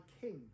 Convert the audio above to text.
king